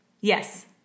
Yes